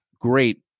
great